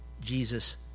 Jesus